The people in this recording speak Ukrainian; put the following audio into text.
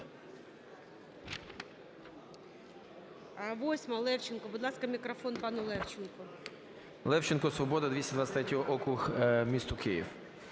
Левченко, "Свобода", 223 округ місто Київ.